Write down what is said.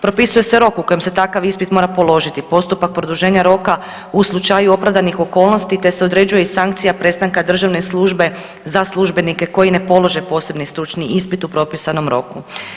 Propisuje se rok u kojem se takav ispit mora položiti, postupak produženja roka u slučaju opravdanih okolnosti te se određuje i sankcija prestanka državne službe za službenike koji ne polože posebni stručni ispit u propisanom roku.